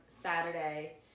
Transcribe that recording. Saturday